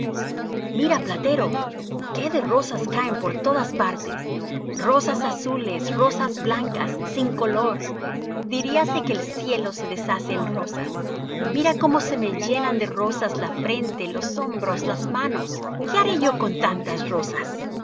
mira platero qué de rosas caen por todas partes rosas azules rosas blancas sin color diríase que el cielo se deshace en rosas mira cómo se me llenan de rosas la frente los hombros las manos qué haré yo con tantas rosas